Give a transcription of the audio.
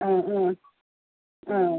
ആ ആ ആ